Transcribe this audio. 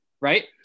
right